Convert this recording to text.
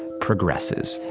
progresses.